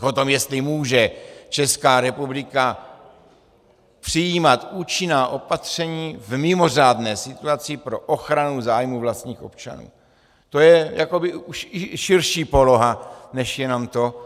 O tom, jestli může Česká republika přijímat účinná opatření v mimořádné situaci pro ochranu zájmů vlastních občanů, to je širší poloha než jenom to.